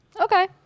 okay